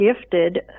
gifted